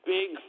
Big